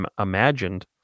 imagined